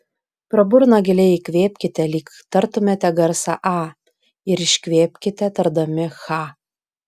pro burną giliai įkvėpkite lyg tartumėte garsą a ir iškvėpkite tardami cha